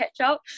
ketchup